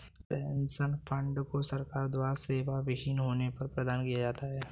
pension fund को सरकार द्वारा सेवाविहीन होने पर प्रदान किया जाता है